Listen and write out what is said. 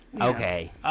Okay